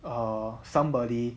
err somebody